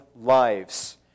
lives